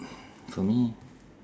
for me